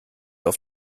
auf